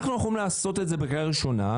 אנחנו יכולים לעשות את זה בקריאה ראשונה,